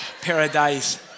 paradise